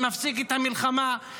מפסיק את המלחמה,